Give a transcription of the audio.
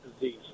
disease